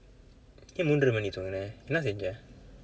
ஏன் மூன்றர மணி தூங்குன என்ன செய்த:aen muunrara mani thuungkuna enna seytha